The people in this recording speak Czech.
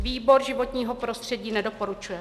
Výbor životního prostředí nedoporučuje.